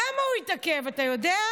למה הוא התעכב, אתה יודע?